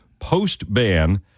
post-ban